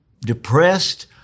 depressed